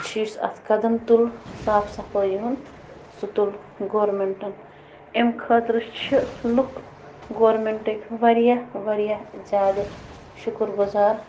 چھِ یُس اَتھ قدم تُل صاف صفٲیی ہُنٛد سُہ تُل گورمیٚنٛٹَن امہِ خٲطرٕ چھِ لُکھ گورمیٚنٛٹکۍ واریاہ واریاہ زیادٕ شُکُر گُزار